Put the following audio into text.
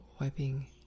wiping